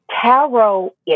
tarot